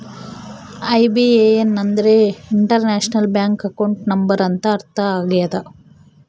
IBAN ಅಂದ್ರೆ international bank account number ಅಂತ ಅರ್ಥ ಆಗ್ಯದ